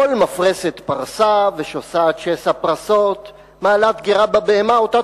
כל מפרסת פרסה ושסעת שסע פרסת מעלת גרה בבהמה אתה תאכלו.